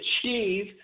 achieve